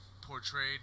portrayed